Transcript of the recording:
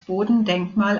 bodendenkmal